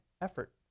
effort